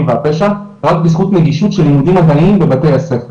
והפשע רק בזכות נגישות של לימודים מדעיים בבתי הספר.